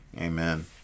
Amen